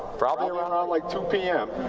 probably around like two p m.